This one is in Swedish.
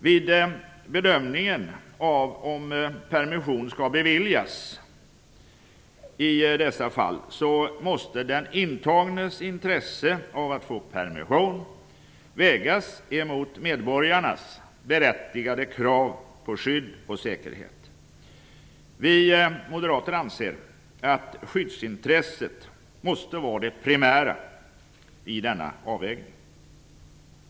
Vid bedömningen av om permission skall beviljas i dessa fall måste den intagnes intresse av att få permission vägas mot medborgarnas berättigade krav på skydd och säkerhet. Vi moderater anser att skyddsintresset måste vara det primära i denna avvägning.